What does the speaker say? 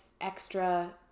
extra